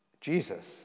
Jesus